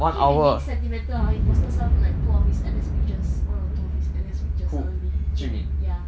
jun min being sentimental ah he posted some like two of his N_S pictures one or two of his N_S pictures early jun min ya